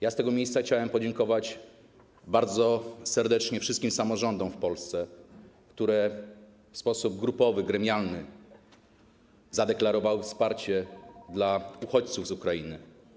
Ja z tego miejsca chciałem podziękować bardzo serdecznie wszystkim samorządom w Polsce, które w sposób grupowy, gremialny zadeklarowały wsparcie dla uchodźców z Ukrainy.